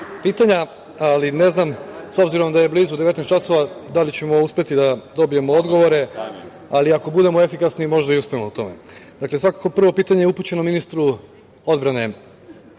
pitanja, ali ne znam, s obzirom da je blizu 19.00 časova, da li ćemo uspeti da dobijemo odgovore, ali ako budemo efikasni možda i uspemo u tome. Dakle, svakako prvo pitanje je upućeno ministru odbrane